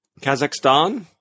Kazakhstan